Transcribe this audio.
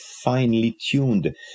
finely-tuned